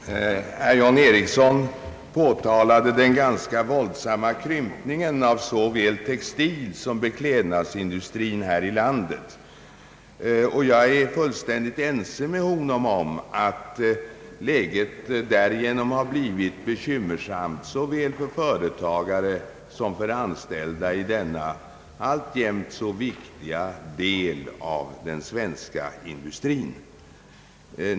Herr talman! Herr John Ericsson påtalade den ganska våldsamma krympningen av såväl textilsom beklädnads industrin här i landet. Jag är fullständigt ense med honom om att läget har blivit bekymmersamt för företagare liksom för anställda i denna alltjämt så viktiga del av den svenska industrin.